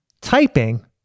Typing